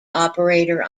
operator